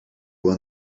will